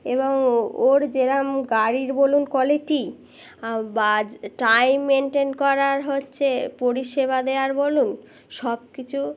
এবং ওর যেরম গাড়ির বলুন কোয়ালিটি বা টাইম মেনটেন করার হচ্ছে পরিষেবা দেওয়ার বলুন সব কিছু